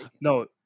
no